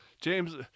James